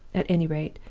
at any rate,